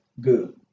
good